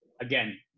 Again